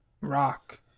rock